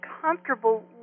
comfortable